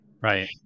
Right